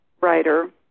writer